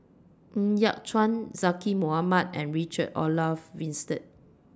Yat Chuan Zaqy Mohamad and Richard Olaf Winstedt